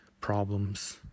problems